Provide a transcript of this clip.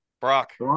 Brock